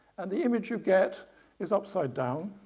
and the image you get is upside down